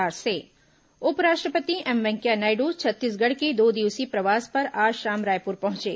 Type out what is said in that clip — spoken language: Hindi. उपराष्ट्रपति प्रवास उपराष्ट्रपति एम वेंकैया नायडू छत्तीसगढ़ के दो दिवसीय प्रवास पर आज शाम रायपुर पहुंचे